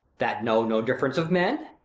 that know no difference of men.